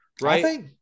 Right